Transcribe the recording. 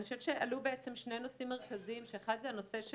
אני חושבת שעלו שני נושאים מרכזיים שאחד זה הנושא של